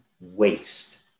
waste